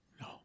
No